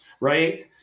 right